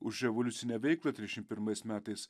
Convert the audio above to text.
už revoliucinę veiklą trisdešimt pirmais metais